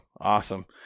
Awesome